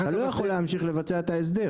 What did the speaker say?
אתה לא יכול להמשיך לבצע את ההסדר.